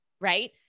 Right